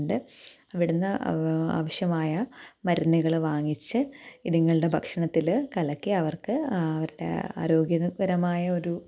ഉണ്ട് ഇവിടെ നിന്ന് ആവശ്യമായ മരുന്നുകൾ വാങ്ങിച്ച് ഇതുങ്ങളുടെ ഭക്ഷണത്തിൽ കലക്കി അവർക്ക് അവരുടെ ആരോഗ്യപരമായൊരു